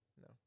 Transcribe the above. No